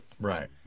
Right